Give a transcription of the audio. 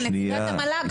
היא נציגת המל"ג,